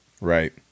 Right